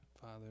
Father